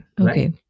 okay